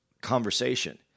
conversation